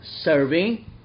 serving